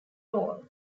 all